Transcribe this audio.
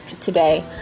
today